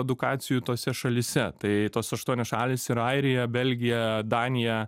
edukacijų tose šalyse tai tos aštuonios šalys yra airija belgija danija